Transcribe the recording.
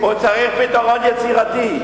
הוא צריך פתרון יצירתי.